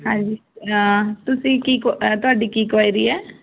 ਹਾਂਜੀ ਤੁਸੀਂ ਕੀ ਤੁਹਾਡੀ ਕੀ ਕੁਐਰੀ ਆ